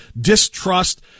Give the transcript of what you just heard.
distrust